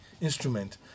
instrument